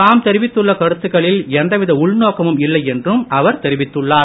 தாம் தெரிவித்துள்ள கருத்துகளில் எந்த வித உள்நோக்கமும் இல்லை என்றும் அவர் தெரிவித்துள்ளார்